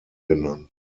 genannt